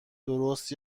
درست